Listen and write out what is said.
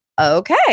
Okay